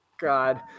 god